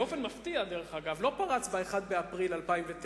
באופן מפתיע דרך אגב, לא פרץ ב-1 באפריל 2009,